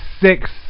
six